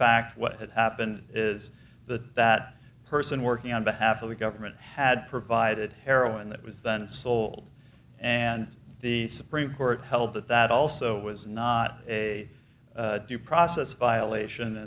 fact what happened is the that a person working on behalf of the government had provided heroin that was then sold and the supreme court held that that also was not a due process violation